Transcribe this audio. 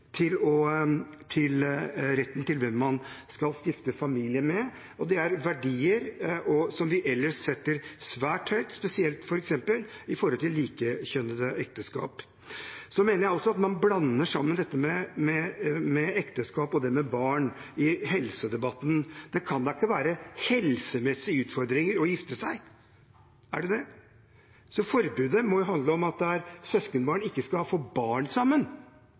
til å velge hvem man skal stifte familie med. Det er verdier som vi ellers setter svært høyt, spesielt med tanke på likekjønnede ekteskap. Så mener jeg også at man blander sammen det med ekteskap og det med barn i helsedebatten. Det kan da ikke være noen helsemessige utfordringer ved å gifte seg – er det det? Så forbudet må handle om at søskenbarn ikke skal få barn sammen,